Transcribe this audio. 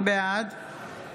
בעד